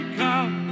come